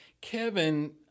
Kevin